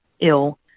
ill